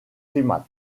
climate